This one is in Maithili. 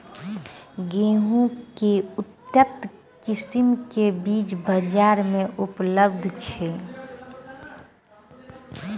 गेंहूँ केँ के उन्नत किसिम केँ बीज बजार मे उपलब्ध छैय?